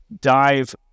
dive